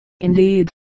indeed